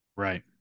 right